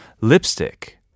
lipstick